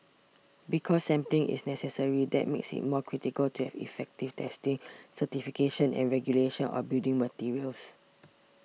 because sampling is necessary that makes it more critical to have effective testing certification and regulation of building materials